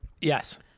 Yes